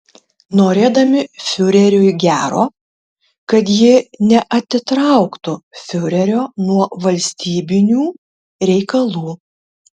norėdami fiureriui gero kad ji neatitrauktų fiurerio nuo valstybinių reikalų